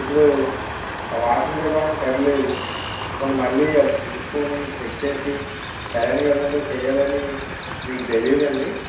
ఇప్పుడు ఆ వాషింగ్ విధానం సరిలేదు పోని మళ్ళీ అది చూసుకొని చెక్ చేసి సరైన విధానంలో చెయ్యాలని మీకు తెలియదా అండి